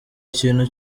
ikintu